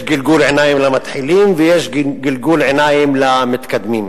יש גלגול עיניים למתחילים ויש גלגול עיניים למתקדמים.